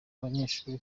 abanyeshuri